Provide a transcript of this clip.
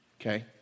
okay